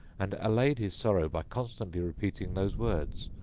and allayed his sorrow by constantly repeating those words,